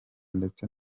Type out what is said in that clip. ndetse